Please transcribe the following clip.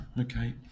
Okay